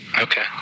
Okay